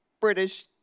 British